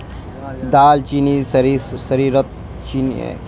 दालचीनी शरीरत चीनीर स्तरक कम करवार त न औषधिर हिस्सा काम कर छेक